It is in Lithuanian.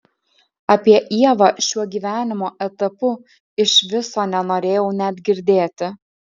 apie ievą šiuo gyvenimo etapu iš viso nenorėjau net girdėti